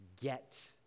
get